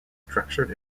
structured